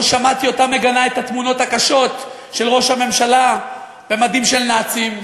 לא שמעתי אותה מגנה את התמונות הקשות של ראש הממשלה במדים של נאצי,